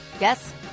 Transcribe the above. Yes